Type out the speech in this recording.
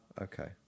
okay